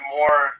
more